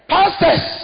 Pastors